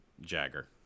Jagger